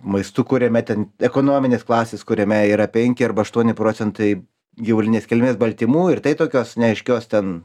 maistu kuriame ten ekonominės klasės kuriame yra penki arba aštuoni procentai gyvulinės kilmės baltymų ir tai tokios neaiškios ten